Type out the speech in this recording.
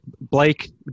Blake